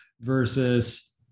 versus